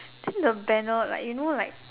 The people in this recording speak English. think the banner like you know like